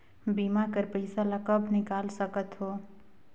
बीमा कर पइसा ला कब निकाल सकत हो?